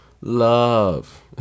love